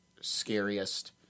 scariest